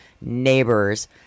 neighbors